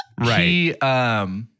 Right